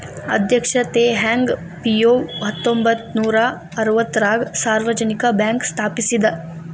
ಅಧ್ಯಕ್ಷ Teh Hong Piow ಹತ್ತೊಂಬತ್ ನೂರಾ ಅರವತ್ತಾರಗ ಸಾರ್ವಜನಿಕ ಬ್ಯಾಂಕ್ ಸ್ಥಾಪಿಸಿದ